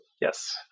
Yes